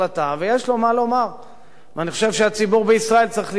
ואני חושב שהציבור בישראל צריך לפתוח את אוזניו ואת עיניו ולהקשיב